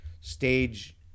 stage